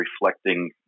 reflecting